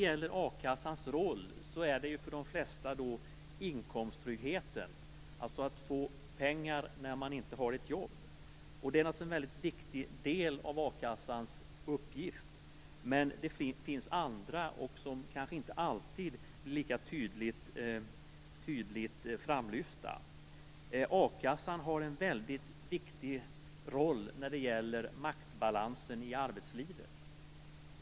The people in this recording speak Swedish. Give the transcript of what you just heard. A-kassans roll är för de flesta inkomsttryggheten, dvs. få pengar när man inte har ett jobb. Det är naturligtvis en viktig del i uppgifterna för a-kassan. Det finns andra uppgifter, men inte alltid lika tydligt framlyfta. A-kassan har en viktig roll när det gäller maktbalansen i arbetslivet.